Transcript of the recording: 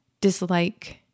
dislike